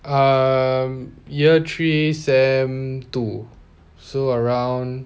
err year three sem two so around